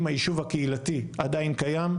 אם היישוב הקהילתי עדיין קיים,